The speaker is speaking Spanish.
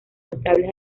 notables